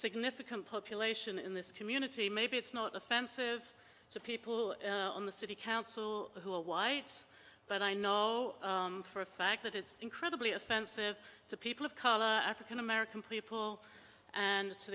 significant population in this community maybe it's not offensive to people on the city council who are white but i know for a fact that it's incredibly offensive to people of color african american people and